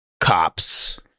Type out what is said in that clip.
cops